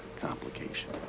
complication